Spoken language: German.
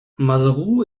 maseru